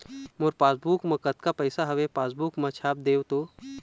मोर passbook मा कतका पैसा हवे पासबुक मा छाप देव तो?